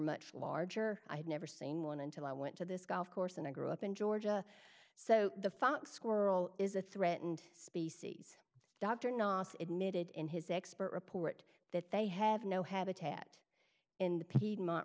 much larger i've never seen one until i went to this golf course and i grew up in georgia so the fox squirrel is a threatened species dr nasr admitted in his expert report that they have no habitat in the piedmont